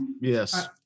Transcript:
Yes